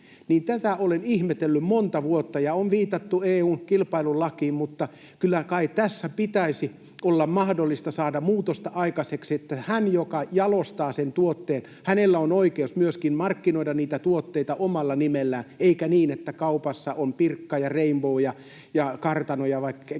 tätä olen ihmetellyt monta vuotta. Ja on viitattu EU:n kilpailulakiin, mutta kyllä kai tässä pitäisi olla mahdollista saada muutosta aikaiseksi, että hänellä, joka jalostaa sen tuotteen, on oikeus myöskin markkinoida niitä tuotteita omalla nimellään — eikä niin, että kaupassa on Pirkka ja Rainbow ja Kartano ja ties